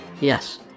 Yes